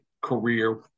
career